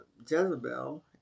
Jezebel